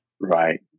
Right